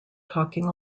talking